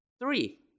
Three